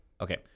Okay